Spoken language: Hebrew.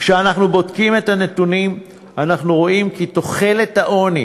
כשאנחנו בודקים את הנתונים אנחנו רואים כי תחולת העוני